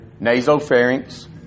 Nasopharynx